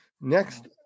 Next